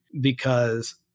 because-